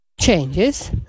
Changes